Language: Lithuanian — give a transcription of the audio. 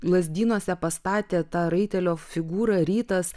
lazdynuose pastatė tą raitelio figūrą rytas